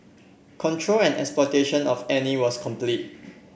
control and exploitation of Annie was complete